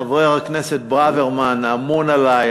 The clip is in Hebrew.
חבר הכנסת ברוורמן אמון עלי,